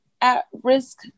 at-risk